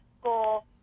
school